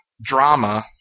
drama